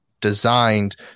designed